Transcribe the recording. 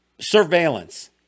surveillance